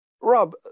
Rob